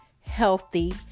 healthy